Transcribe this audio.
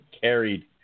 carried